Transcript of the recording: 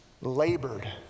labored